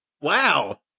Wow